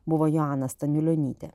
buvo joana staniulionytė